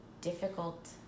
difficult